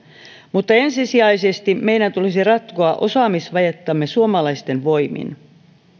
mutta ensisijaisesti meidän tulisi ratkoa osaamisvajettamme suomalaisten voimin